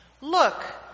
Look